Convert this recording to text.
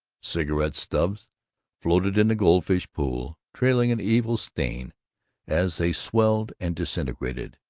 cigarette stubs floated in the goldfish pool, trailing an evil stain as they swelled and disintegrated,